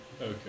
Okay